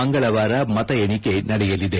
ಮಂಗಳವಾರ ಮತ ಎಣಿಕೆ ನಡೆಯಲಿದೆ